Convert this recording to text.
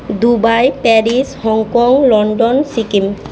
Dubai Paris Hong Kong London Sikkim